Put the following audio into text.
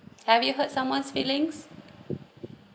have you hurt someone's feelings